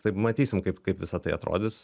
tai matysim kaip kaip visa tai atrodys